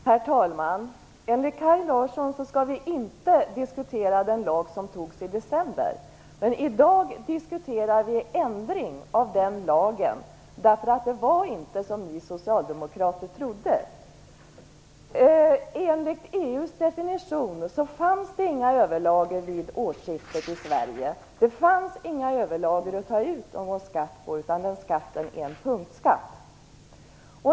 Herr talman! Enligt Kaj Larsson skall vi inte diskutera den lag som antogs i december, men det som vi i dag diskuterar gäller en ändring av den lagen eftersom det inte var så som ni socialdemokrater trodde. Enligt EU:s definition fanns det inga överlager i Sverige vid årsskiftet. Det fanns inga överlager att ta ut någon skatt på, utan det är fråga om en punktskatt.